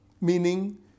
meaning